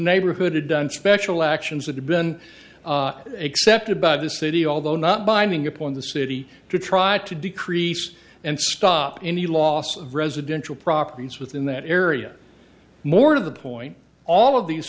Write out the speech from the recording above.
neighborhood had done special actions that had been accepted by the city although not binding upon the city to try to decrease and stop any loss of residential properties within that area more to the point all of these